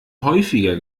häufiger